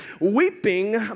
Weeping